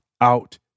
out